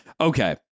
Okay